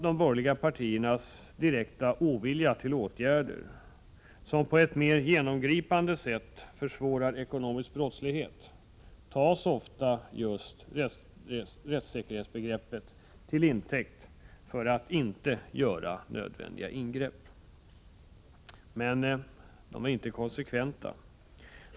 De borgerliga partierna tar i sin direkta ovilja mot åtgärder som på ett mer genomgripande sätt försvårar ekonomisk brottslighet ofta just rättssäkerhetsbegreppet till intäkt för att inte göra nödvändiga ingrepp. Men de är inte konsekventa.